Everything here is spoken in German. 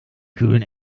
kühlen